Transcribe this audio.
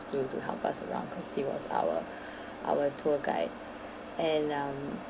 to to help us around cause he was our our tour guide and um